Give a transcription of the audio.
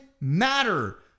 matter